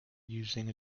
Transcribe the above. using